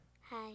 Hi